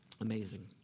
Amazing